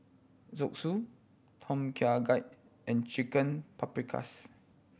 Zosui Tom Kha Gai and Chicken Paprikas